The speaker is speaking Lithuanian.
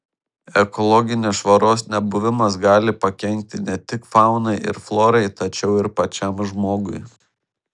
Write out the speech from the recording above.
ekologinės švaros nebuvimas gali pakenkti ne tik faunai ir florai tačiau ir pačiam žmogui